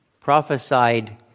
prophesied